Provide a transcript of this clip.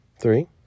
three